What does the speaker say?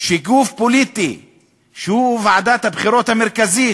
שגוף פוליטי שהוא ועדת הבחירות המרכזית